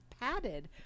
padded